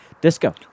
Disco